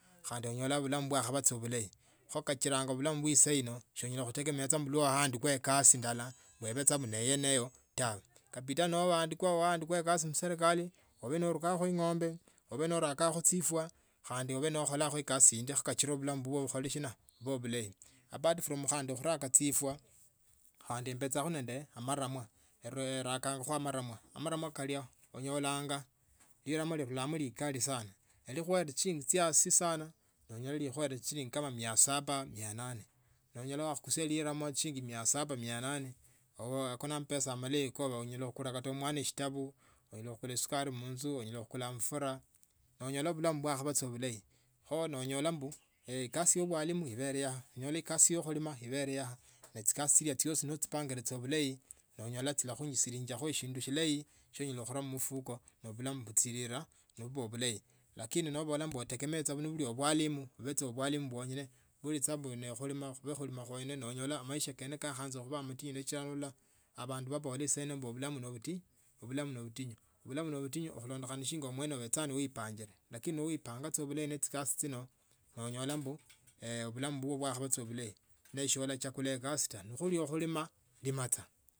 Khandi onyola bulamu bwakhaba sa obulayi, kho kachira bulamu bwe saino so onyala khutegemea sa mbu sichila waandikwa ekasi ndala ubee sa kuyoneyo tawe kabidi noandikwa kasi muserekali obee ne ing’ombe obee nooraka kho chifwa khandi obe nookholako kasi inchi kho kachile bulamu bubwo bukhole shina bube bulayi apart from nde khuraka chifwa khandi ndachiakho nende amaramwa erakakoho amaramwa. Amaramwa kalio onyolanga liramwa liruramo likali sana nekhuele shilingi chiasi sana noonyola ekhuele shilingi kama mia saba mia nane noonyola wakhakhusia mo shilingi mia saba mia nane. Ako na amapesa amalayi koonyala kata khukulila mwana eshitabu onyala khukula sukari munzu. Onyala khukula amafura noonyole bulamu bwakhakhula bulayi kho noonyola mbu. Ekasi ya bwalmu ino ibele onyole ekosu ya khulima ibele ya nechikasi chino chiosi nochipangile bulayi no onyola ikhurusiliangi a shindu shilayi syo uhyala khura mumufuko no obulamu buchilila bulayi lakini no obola mbu otegemee buli bindu bwalimu bubee saa bwalimu bwonyene niba ne khulima bube sa khulima kwonyene noonyola maisha kene kakhaba matingu mshiato mno, abanda babole saina ubulamu nobutinyu ebulamu nobutinyu obulamu nobutinyu khulondo khana neshinga mwene ubecha noi pangile lakini noi panga saa bulayi nechi kasi chino no onyola mbu obulamu bubwo bwakhaba tsa bulayi ne sa wakhachagula ekasi tawe ne khuli khulima lima sa.